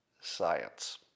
science